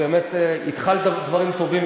התחלת דברים טובים,